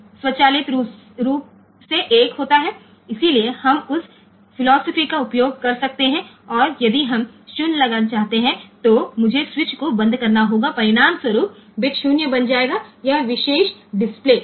તેથી આપણે તે ફિલોસોફી નો ઉપયોગ કરી શકીએ છીએ અને જો આપણે 0 મૂકવા માંગતા હોઈએ તો મારે તે મુજબ સ્વીચ બંધ કરવી પડશે અને તે બીટ 0 બનશે અને આ ચોક્કસ ડિસ્પ્લે થશે